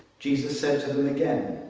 jesus said to them again,